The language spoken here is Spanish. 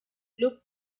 club